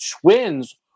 Twins